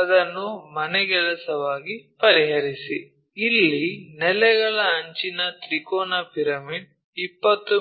ಅದನ್ನು ಮನೆಗೆಲಸವಾಗಿ ಪರಿಹರಿಸಿ ಇಲ್ಲಿ ನೆಲೆಗಳ ಅಂಚಿನ ತ್ರಿಕೋನ ಪಿರಮಿಡ್ 20 ಮಿ